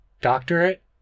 doctorate